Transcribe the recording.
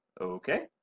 Okay